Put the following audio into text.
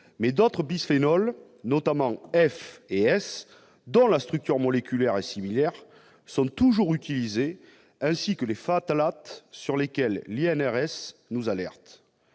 Mais d'autres bisphénols, notamment F et S, dont la structure moléculaire est similaire, sont toujours utilisés, ainsi que les phtalates, sur lesquels l'Institut